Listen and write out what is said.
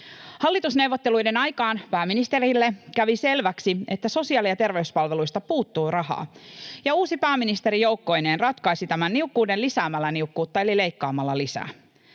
Hallitusneuvotteluiden aikaan pääministerille kävi selväksi, että sosiaali- ja terveyspalveluista puuttuu rahaa, ja uusi pääministeri joukkoineen ratkaisi tämän niukkuuden lisäämällä niukkuutta, eli leikkaamalla lisää.